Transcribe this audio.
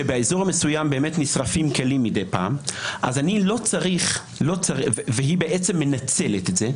שבאזור המסוים באמת נשרפים כלים מידי פעם והיא בעצם מנצלת את זה,